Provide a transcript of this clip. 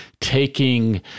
taking